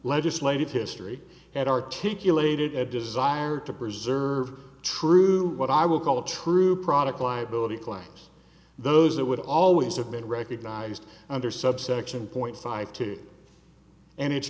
legislative history had articulated a desire to preserve true what i would call a true product liability class those that would always have been recognized under subsection point five two and it's